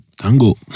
Tango